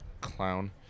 Clown